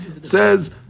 says